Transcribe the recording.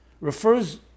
refers